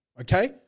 okay